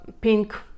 pink